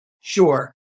Sure